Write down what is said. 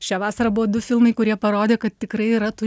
šią vasarą buvo du filmai kurie parodė kad tikrai yra tų